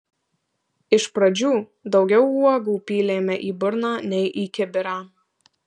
iš pradžių daugiau uogų pylėme į burną nei į kibirą